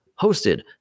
hosted